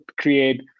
create